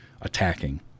attacking